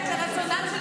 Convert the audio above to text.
לפחות,